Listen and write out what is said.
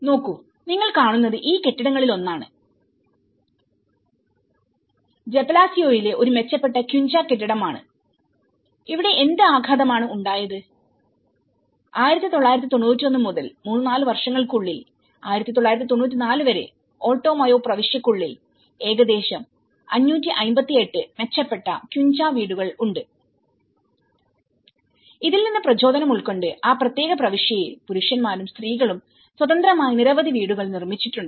നോക്കൂ നിങ്ങൾ കാണുന്നത് ഈ കെട്ടിടങ്ങളിലൊന്നാണ് ജെപെലാസിയോയിലെ ഒരു മെച്ചപ്പെട്ട ക്വിഞ്ച കെട്ടിടമാണ് ഇവിടെ എന്ത് ആഘാതം ആണ് ഉണ്ടായത് 1991 മുതൽ 3 4 വർഷങ്ങൾക്ക് ഉള്ളിൽ 1994 വരെ ആൾട്ടോ മയോ പ്രവിശ്യക്കുള്ളിൽ ഏകദേശം 558 മെച്ചപ്പെട്ട ക്വിൻച വീടുകൾ ഉണ്ട്ഇതിൽ നിന്ന് പ്രചോദനം ഉൾക്കൊണ്ട് ആ പ്രത്യേക പ്രവിശ്യയിൽ പുരുഷന്മാരും സ്ത്രീകളും സ്വതന്ത്രമായി നിരവധി വീടുകൾ നിർമ്മിച്ചിട്ടുണ്ട്